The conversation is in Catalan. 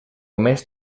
més